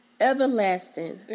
Everlasting